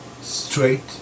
straight